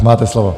Máte slovo.